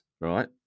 right